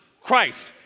Christ